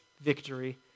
victory